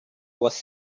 was